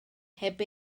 heb